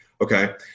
Okay